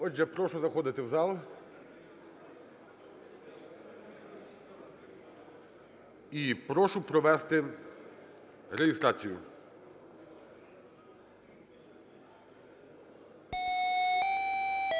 Отже, прошу заходити в зал. І прошу провести реєстрацію.